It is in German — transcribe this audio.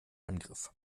angriff